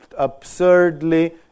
absurdly